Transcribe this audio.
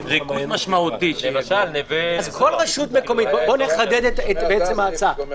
בואו נחדד את עצם ההצעה,